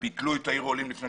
לפני שלוש ביטלו את עיר העולים.